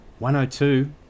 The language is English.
102